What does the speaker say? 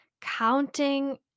counting